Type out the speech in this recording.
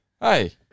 Hey